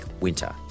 winter